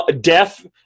deaf